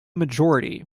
majority